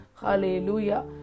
Hallelujah